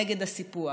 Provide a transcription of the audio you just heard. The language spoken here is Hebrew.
נגד הסיפוח,